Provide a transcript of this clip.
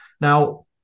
Now